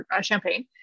champagne